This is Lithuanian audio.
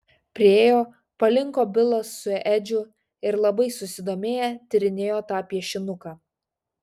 priėjo palinko bilas su edžiu ir labai susidomėję tyrinėjo tą piešinuką